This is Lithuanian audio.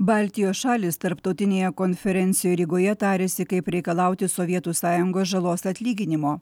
baltijos šalys tarptautinėje konferencijoje rygoje tariasi kaip reikalauti sovietų sąjungos žalos atlyginimo